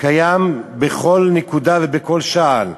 קיים בכל נקודה ובכל שעל.